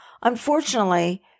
Unfortunately